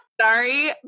sorry